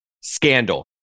scandal